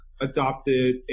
adopted